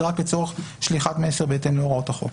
רק לצורך שליחת מסר בהתאם להוראות החוק.